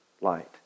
light